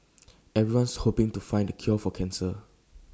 everyone's hoping to find the cure for cancer